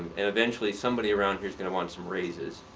and eventually, somebody around here's going to want some raises.